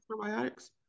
probiotics